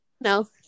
No